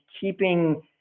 keeping